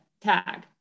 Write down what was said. tag